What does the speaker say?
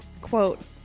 quote